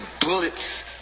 bullets